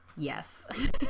Yes